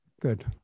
Good